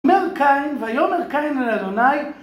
ויאמר קין, ויאמר קין אל ה׳...